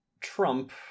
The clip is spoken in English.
Trump